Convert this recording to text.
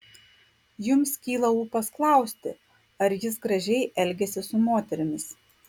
jums kyla ūpas klausti ar jis gražiai elgiasi su moterimis